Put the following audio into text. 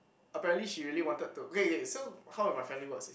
apparently she really wanted to okay okay so how if my family works in